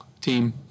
team